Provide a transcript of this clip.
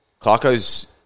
Clarko's